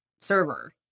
server